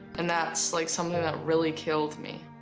and that's like something that really killed me.